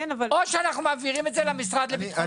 או שאנחנו מעבירים את זה למשרד לביטחון פנים.